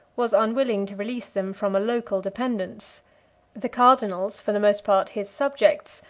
was unwilling to release them from a local dependence the cardinals, for the most part his subjects,